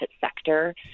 sector